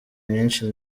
myinshi